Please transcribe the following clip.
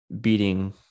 beating